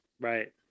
right